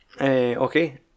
okay